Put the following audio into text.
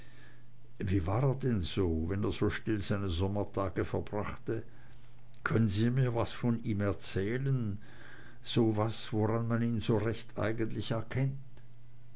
wie war er denn so wenn er so still seine sommertage verbrachte können sie mir was von ihm erzählen so was woran man ihn so recht eigentlich erkennt